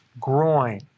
groin